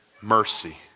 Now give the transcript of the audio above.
Mercy